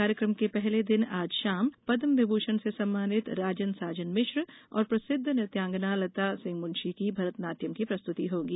कार्यक्रम के पहले दिन आज शाम पद्म विभूषण से सम्मानित राजन साजन मिश्र और प्रसिद्ध नृत्यांगना लता सिंह मुंशी की भरत नाटयम की प्रस्तुति होंगी